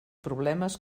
problemes